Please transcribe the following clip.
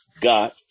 got